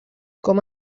com